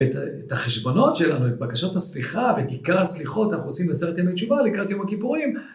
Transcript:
את החשבונות שלנו, את בקשות הסליחה ואת עיקר הסליחות שאנחנו עושים בעשרת ימי תשובה לקראת יום הכיפורים.